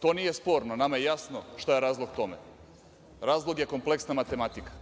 to nije sporno. Nama je jasno šta je razlog tome. Razlog je kompleksna matematika